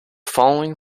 following